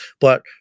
but-